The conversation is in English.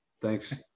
Thanks